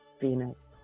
Venus